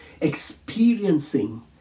experiencing